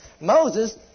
Moses